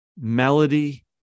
melody